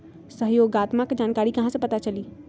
सहयोगात्मक जानकारी कहा से पता चली?